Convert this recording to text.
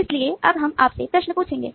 इसलिए अब हम आपसे प्रश्न पूछेंगे